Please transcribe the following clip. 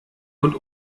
und